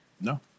No